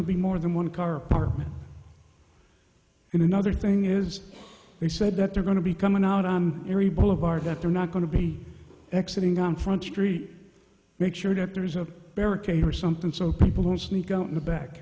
to be more than one car apartment and another thing is they said that they're going to be coming out on every boulevard that they're not going to be exit ing on front street make sure that there is a barricade or something so people won't sneak out in the back